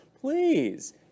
Please